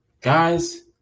guys